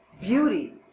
beauty